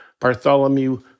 Bartholomew